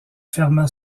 ferma